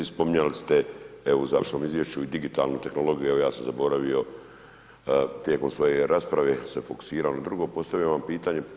Spominjali ste evo u završnom izvješću i digitalnu tehnologiju, evo ja sam zaboravio, tijekom svoje rasprave sam se fokusirao drugo, postavio bi vam pitanje.